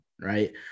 right